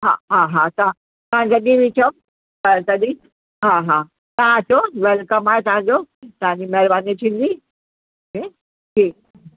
हा हा हा तव्हां तव्हां जॾहिं बि चओ त तॾहिं हा हा तव्हां अचो वेलकम आहे तव्हांजो तव्हांजी महिरबानी थींदी हिते ठीकु